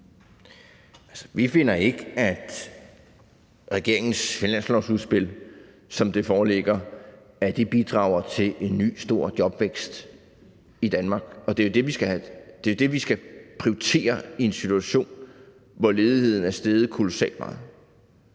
Vi finder ikke, at regeringens finanslovsudspil, som det foreligger, bidrager til en ny stor jobvækst i Danmark, og det er jo det, man skal prioritere i en situation, hvor ledigheden er steget kolossalt meget.